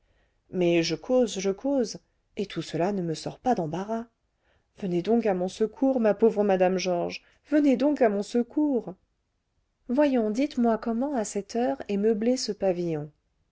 mais je cause je cause et tout cela ne me sort pas d'embarras venez donc à mon secours ma pauvre madame georges venez donc à mon secours voyons dites-moi comment à cette heure est meublé ce pavillon